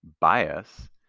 bias